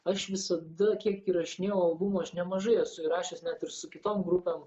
aš visada kiek įrašinėjau albumų aš nemažai esu įrašęs net ir su kitom grupėm